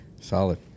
solid